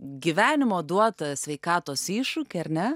gyvenimo duotą sveikatos iššūkį ar ne